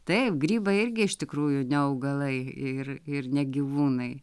taip grybai irgi iš tikrųjų ne augalai ir ir ne gyvūnai